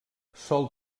sol